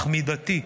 אך מידתי,